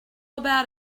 about